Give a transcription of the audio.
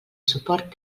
suport